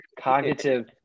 cognitive